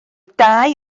dau